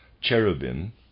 cherubim